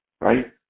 right